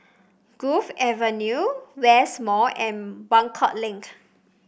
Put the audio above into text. Grove Avenue West Mall and Buangkok Link